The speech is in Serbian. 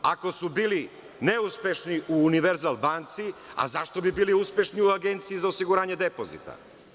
Ako su bili neuspešni u „Univerzal banci“, a zašto bi bili uspešni u Agenciji za osiguranje depozita?